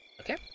Okay